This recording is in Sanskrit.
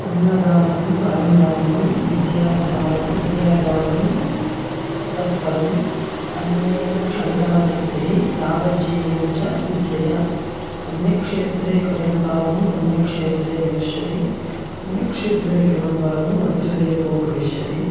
अन्नदानं परं दानं विद्याधा विद्यादानं ततः परम् अन्नेन क्षणिका तृप्तिः यावज्जीवञ्च विद्यया अन्यक्षेत्रे कृतं पापं पुण्यक्षेत्रे विनश्यति पुण्यक्षेत्रे कृतं पापं वज्रलेपो भविष्यति